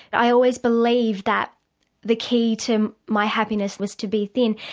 i always believed that the key to my happiness was to be thin,